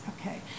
Okay